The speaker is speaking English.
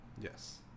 Yes